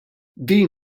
din